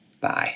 Bye